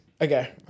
Okay